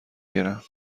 گیرم